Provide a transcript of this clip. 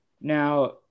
Now